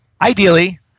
Ideally